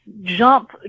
jump